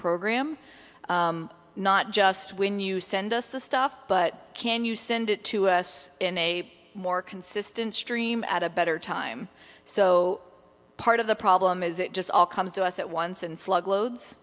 program not just when you send us the stuff but can you send it to us in a more consistent stream at a better time so part of the problem is it just all comes to us at once and slug loads